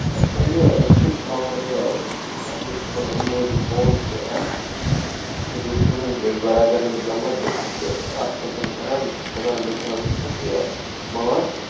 اچھا یہِ أسۍ چھِ تھاوان یہِ اَسہِ حظ کوٚر اَمہِ موٗجوٗب فون کہِ اَسہِ دیُت تُہٕنٛدۍ أکۍ بَرادَرَن نمبَر دوٚپُکھ یہِ چھِ اَتھ سۭتۍ کران یہِ چھِ کٕنان دُکانَس پٮ۪ٹھ یہِ ماچھ